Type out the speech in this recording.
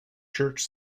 church